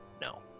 No